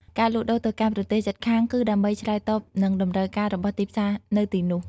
ការលក់ទៅកាន់ប្រទេសជិតខាងគឺដើម្បីឆ្លើយតបនឹងតម្រូវការរបស់ទីផ្សារនៅទីនោះ។